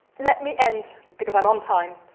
let me end, because i'm on time,